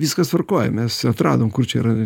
viskas tvarkoj mes atradom kur čia yra